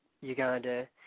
Uganda